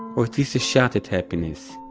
or at least a shot at happiness,